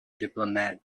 diplomat